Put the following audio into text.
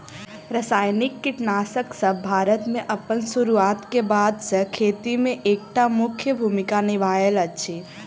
रासायनिक कीटनासकसब भारत मे अप्पन सुरुआत क बाद सँ खेती मे एक टा मुख्य भूमिका निभायल अछि